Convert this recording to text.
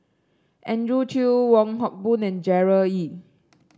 Andrew Chew Wong Hock Boon and Gerard Ee